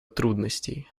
трудностей